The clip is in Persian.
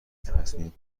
تصمیم